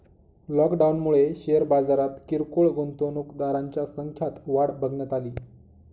लॉकडाऊनमुळे शेअर बाजारात किरकोळ गुंतवणूकदारांच्या संख्यात वाढ बघण्यात अली